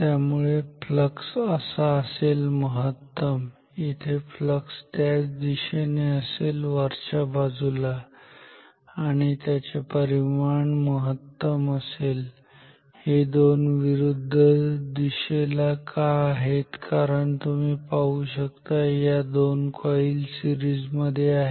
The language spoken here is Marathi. त्यामुळे फ्लक्स असा असेल महत्तम इथे फ्लक्स त्याच दिशेने असेल वरच्या बाजूला आणि त्याचे परिमाण महत्तम असेल हे दोन विरुद्ध दिशेला का आहेत कारण तुम्ही पाहू शकता या दोन कॉईल सीरिजमध्ये आहेत